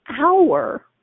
hour